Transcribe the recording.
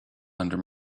under